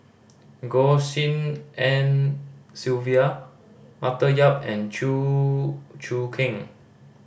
Goh Tshin En Sylvia Arthur Yap and Chew Choo Keng